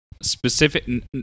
specific